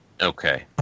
Okay